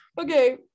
Okay